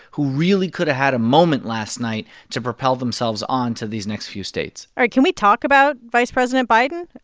who really could've had a moment last night to propel themselves on to these next few states all right. can we talk about vice president biden,